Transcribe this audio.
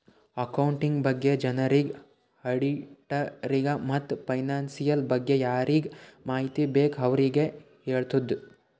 accounting ಬಗ್ಗೆ ಜನರಿಗ್, ಆಡಿಟ್ಟರಿಗ ಮತ್ತ್ ಫೈನಾನ್ಸಿಯಲ್ ಬಗ್ಗೆ ಯಾರಿಗ್ ಮಾಹಿತಿ ಬೇಕ್ ಅವ್ರಿಗ ಹೆಳ್ತುದ್